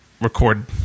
record